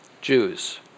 Jews